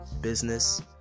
business